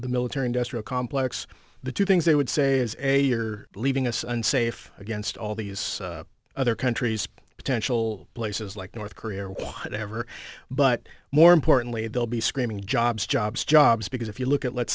the military industrial complex the two things they would say is a you're leaving us unsafe against all these other countries potential places like north korea or whatever but more importantly they'll be screaming jobs jobs jobs because if you look at let's